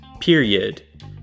period